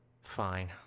Fine